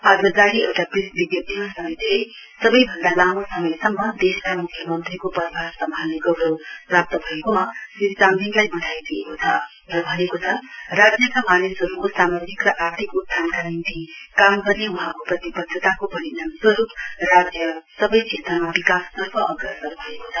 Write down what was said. आज जारी एउटा प्रेस विज्ञप्तीमा समितिले सवैभन्दा लामो समयसम्म देशका म्ख्यमन्त्रीको पदभार सम्हाल्ने गौरव प्राप्त भएकोमा श्री चामलिङलाई वधाइ दिएको छ र भनेको छ राज्यका मानिसहरुको सामाजिक र आर्थिक उत्थानका निम्ति काम गर्ने वहाँको प्रतिवध्दताको परिणाम स्वरुप राज्य सवै क्षेत्रमा विकास तर्फ अग्रसर भएको छ